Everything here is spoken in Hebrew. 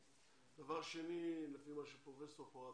לפי מה שאמרה פרופסור פורת,